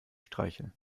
streicheln